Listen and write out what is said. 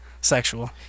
Sexual